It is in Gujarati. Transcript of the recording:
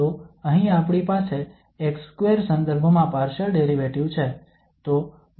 તો અહીં આપણી પાસે x2 સંદર્ભમાં પાર્શલ ડેરિવેટિવ છે